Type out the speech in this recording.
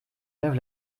lave